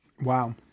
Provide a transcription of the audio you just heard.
Wow